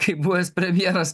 kaip buvęs premjeras